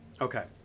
Okay